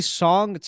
song